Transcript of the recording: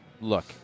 look